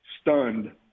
stunned